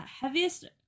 heaviest